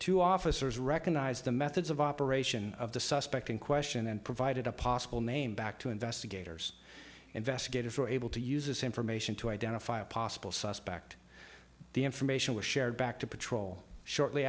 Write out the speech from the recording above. two officers recognized the methods of operation of the suspect in question and provided a possible name back to investigators investigators were able to use this information to identify a possible suspect the information was shared back to patrol shortly